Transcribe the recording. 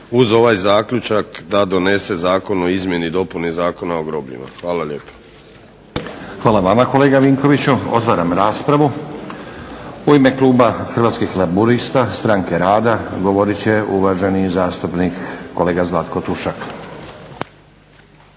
uz ovaj zaključak da donese Zakon o izmjeni i dopuni Zakona o grobljima. Hvala lijepa. **Stazić, Nenad (SDP)** Hvala vama kolega Vinkoviću. Otvaram raspravu. U ime kluba Hrvatskih laburista Stranke rada govorit će uvaženi zastupnik kolega Zlatko Tušak.